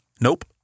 Nope